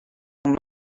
sont